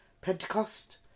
Pentecost